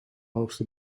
hoogste